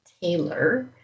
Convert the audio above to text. Taylor